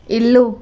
ఇల్లు